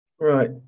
Right